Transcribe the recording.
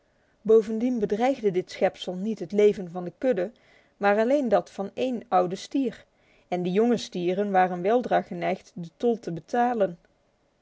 bovendien bedreigde dit schepsel niet het leven van de kudde maar alleen dat van één ouden stier en de jonge stieren waren weldra geneigd de tol te betalen